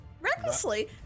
recklessly